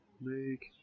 make